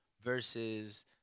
versus